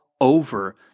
over